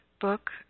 book